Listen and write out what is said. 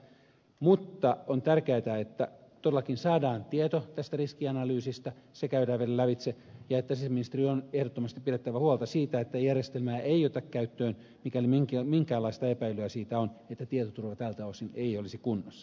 mutta on tärkeätä että todellakin saadaan tieto tästä riskianalyysistä se käydään vielä lävitse ja sisäasiainministeriön on ehdottomasti pidettävä huolta siitä että järjestelmää ei oteta käyttöön mikäli minkäänlaista epäilyä siitä on että tietoturva tältä osin ei olisi kunnossa